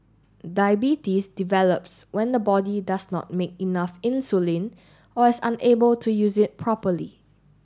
diabetes develops when the body does not make enough insulin or is unable to use it properly